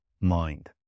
mind